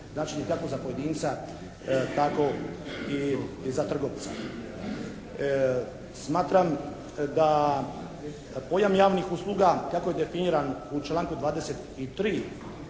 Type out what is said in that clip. značenje kako za pojedinca tako i za trgovca. Smatram da pojam javnih usluga kako je definiran u člnaku 23.,